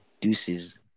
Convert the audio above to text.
deuces